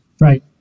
Right